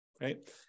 Right